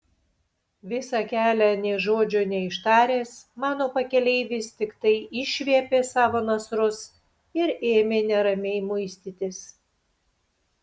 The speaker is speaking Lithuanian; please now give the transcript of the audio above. visą kelią nė žodžio neištaręs mano pakeleivis tiktai išviepė savo nasrus ir ėmė neramiai muistytis